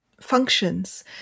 functions